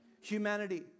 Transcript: Humanity